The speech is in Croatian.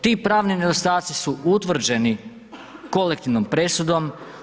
Ti pravni nedostaci su utvrđeni kolektivnom presudom.